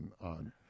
on